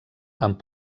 amb